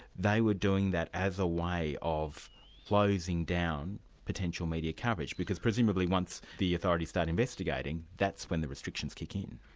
they were doing that as a way of closing down potential media coverage because presumably once the authorities start investigating, that's when the restrictions kick in.